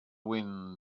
wind